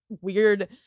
weird